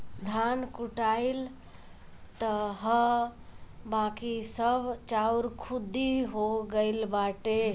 धान कुटाइल तअ हअ बाकी सब चाउर खुद्दी हो गइल बाटे